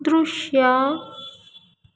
ದೃಶ್ಯ